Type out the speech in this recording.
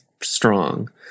strong